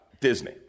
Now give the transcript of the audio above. Disney